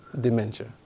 Dementia